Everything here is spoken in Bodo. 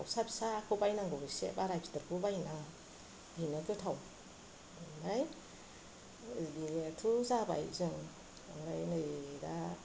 दाउसा उिसाखौ बायनांगौ इसे बारा गिदिरखौबो बायनो नाङा बेनो गोथाव ओमफ्राय बेनोथ' जाबाय ओमफ्राय नै दा